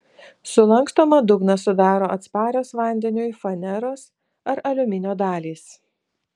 sulankstomą dugną sudaro atsparios vandeniui faneros ar aliuminio dalys